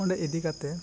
ᱚᱸᱰᱮ ᱤᱫᱤ ᱠᱟᱛᱮ